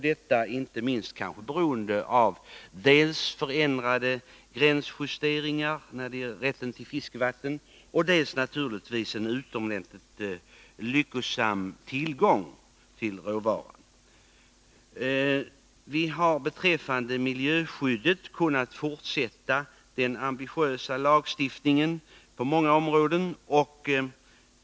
Detta kanske inte minst beroende på dels förändrade gränsjusteringar i rätten till fiskevatten, dels naturligtvis beroende på en utomordentligt lyckosam tillgång på råvaran. Beträffande miljöskyddet har vi kunnat fortsätta den ambitiösa lagstiftningen på många områden.